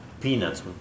Peanuts